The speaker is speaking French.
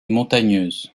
montagneuse